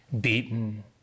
beaten